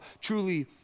truly